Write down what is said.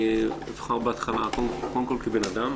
אני אבחר בהתחלה קודם כל כבן אדם,